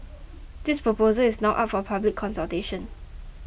this proposal is now up for public consultation